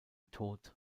tod